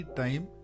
time